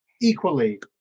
equally